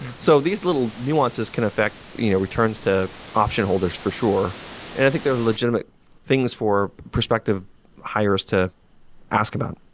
so these little nuances can affect you know returns to option holders for sure, and i think they are legitimate things for perspective hires to ask about